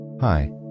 Hi